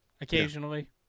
occasionally